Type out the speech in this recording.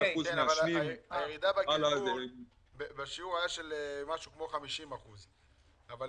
הירידה בשיעור הגלגול הייתה משהו כמו 50%. יכול